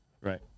Right